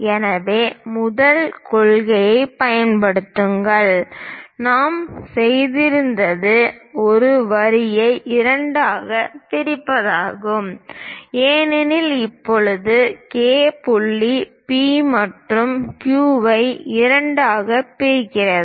இப்போது முதல் கொள்கையைப் பயன்படுத்துங்கள் நாம் செய்திருப்பது ஒரு வரியை இரண்டாகப் பிரிப்பதாகும் ஏனெனில் இப்போது K புள்ளி P மற்றும் Q ஐ இரண்டாகப் பிரிக்கிறது